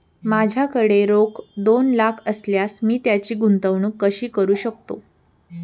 माझ्याकडे रोख दोन लाख असल्यास मी त्याची गुंतवणूक कशी करू शकतो?